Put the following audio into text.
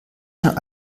schon